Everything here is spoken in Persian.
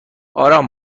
آرام